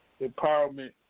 Empowerment